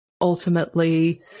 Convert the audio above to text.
ultimately